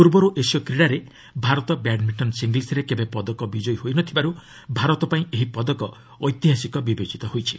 ପୂର୍ବରୁ ଏସୀୟ କ୍ରୀଡ଼ାରେ ଭାରତ ବ୍ୟାଡ୍ମିଣ୍ଟନ୍ ସିଙ୍ଗିଲ୍ସରେ କେବେ ପଦକ ବିଜୟୀ ହୋଇନଥିବାରୁ ଭାରତ ପାଇଁ ଏହି ପଦକ ଐତିହାସିକ ବିବେଚିତ ହୋଇଛି